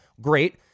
great